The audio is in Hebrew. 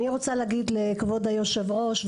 אני רוצה להגיד לכבוד יושב הראש,